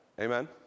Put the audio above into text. amen